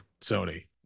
Sony